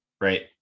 right